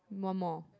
one more